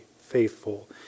faithful